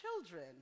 children